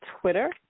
Twitter